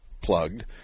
plugged